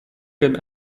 comme